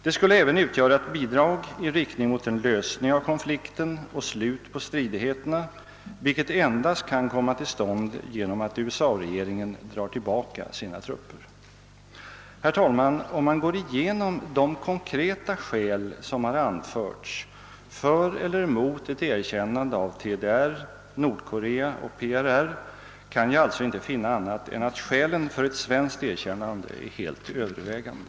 Det skulle även utgöra ett bidrag i riktning mot en lösning av konflikten och ett slut på stridigheterna, vilket endast kan komma till stånd genom att USA-regeringen drar tillbaka sina trupper. Herr talman! Om jag går igenom de konkreta skäl som har anförts för eller emot ett erkännande av DDR, Nordkorea och PRR, kan jag alltså inte finna annat än att skälen för ett svenskt erkännande är helt övervägande.